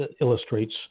illustrates